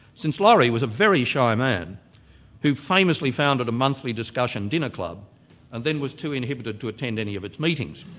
since laurie was a very shy man who famously founded a monthly discussion dinner club and then was too inhibited to attend any of its meetings.